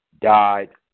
Died